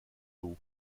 haut